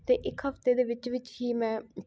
ਅਤੇ ਇੱਕ ਹਫ਼ਤੇ ਦੇ ਵਿੱਚ ਵਿੱਚ ਹੀ ਮੈਂ